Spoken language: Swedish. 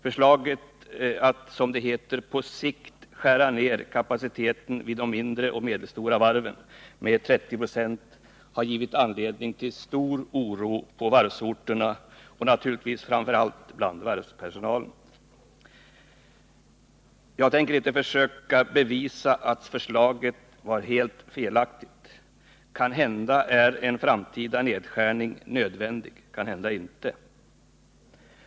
Förslaget att, som det heter, på sikt skära ner kapaciteten vid de mindre och medelstora varven med 30 96 har givit anledning till stor oro på varvsorterna och naturligtvis framför allt bland varvspersonalen. Jag tänker inte försöka bevisa att förslaget var helt felaktigt. Kanhända är en framtida nedskärning nödvändig, kanhända inte.